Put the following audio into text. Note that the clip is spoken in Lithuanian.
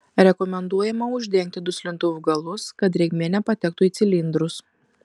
rekomenduojama uždengti duslintuvų galus kad drėgmė nepatektų į cilindrus